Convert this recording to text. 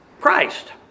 Christ